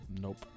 Nope